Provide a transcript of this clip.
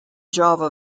java